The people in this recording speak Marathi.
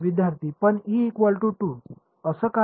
विद्यार्थी पण असं का